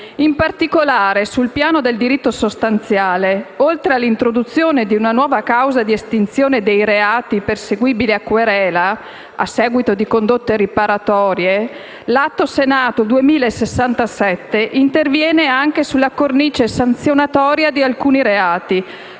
In particolare, sul piano del diritto sostanziale, oltre all'introduzione di una nuova causa di estinzione dei reati perseguibili a querela, a seguito di condotte riparatorie, l'Atto Senato 2067 interviene anche sulla cornice sanzionatoria di alcuni reati,